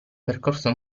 percorso